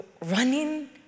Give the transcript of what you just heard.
running